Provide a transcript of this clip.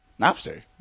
Napster